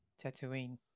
Tatooine